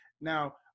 now